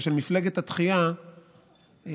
ושל מפלגת התחייה בכלל,